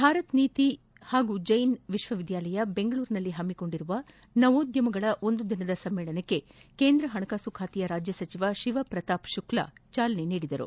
ಭಾರತ್ ನೀತಿ ಹಾಗೂ ಜೈನ್ ವಿಶ್ವವಿದ್ಯಾಲಯ ಬೆಂಗಳೂರಿನಲ್ಲಿ ಹಮ್ಮಿಕೊಂಡಿರುವ ನವೋದ್ಯಮಗಳ ಒಂದು ದಿನದ ಸಮ್ಮೇಳನಕ್ಕೆ ಕೇಂದ್ರ ಹಣಕಾಸು ಖಾತೆಯ ರಾಜ್ಯ ಸಚಿವ ಶಿವಪ್ರತಾಪ್ ಶುಕ್ಲ ಚಾಲನೆ ನೀಡಿದರು